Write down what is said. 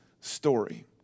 story